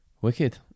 Wicked